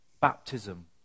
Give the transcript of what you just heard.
baptism